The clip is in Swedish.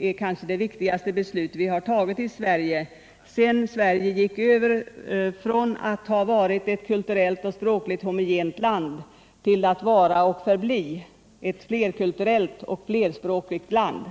är kanske det viktigaste beslut vi har fattat här i landet sedan Sverige övergick från att vara ett kulturellt och språkligt homogent land till att vara och förbli ett flerkulturellt och flerspråkigt land.